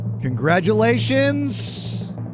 Congratulations